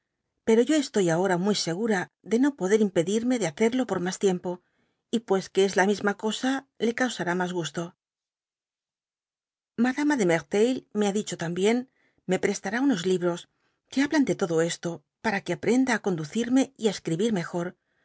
pero yo estoy ahora muy segura de no poder impedirme de hacerlo por mas tiempo y pues que es la misma oqsa le causará mas gusto madama de merteuil me ha dicho también me prestará unos libros que hablan de todo ebto para que aprenda á conducirme y á escribir mejor